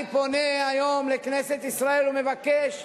אני פונה היום לכנסת ישראל ומבקש: